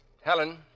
Helen